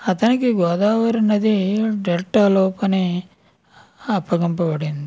అతనికి గోదావరి నది డెల్టాలో పని అప్పగించబడింది